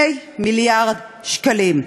2 מיליארד שקלים.